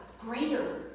greater